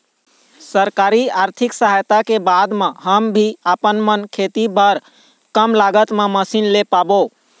सरकारी आरथिक सहायता के बाद मा हम भी आपमन खेती बार कम लागत मा मशीन ले पाबो?